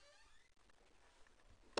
הישיבה ננעלה בשעה 10:55.